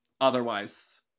Otherwise